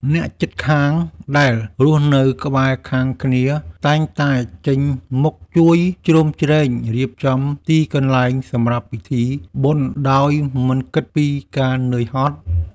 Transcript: អ្នកជិតខាងដែលរស់នៅក្បែរខាងគ្នា តែងតែចេញមុខជួយជ្រោមជ្រែងរៀបចំទីកន្លែងសម្រាប់ពិធីបុណ្យដោយមិនគិតពីការនឿយហត់។